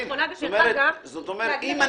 הרי הם